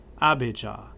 Abijah